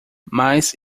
mas